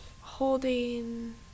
holding